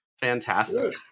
Fantastic